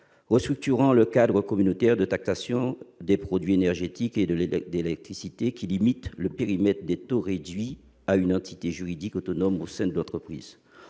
restructurant le cadre communautaire de taxation des produits énergétiques et de l'électricité, qui limite le périmètre des taux réduits à une entité juridique autonome au sein de l'entreprise.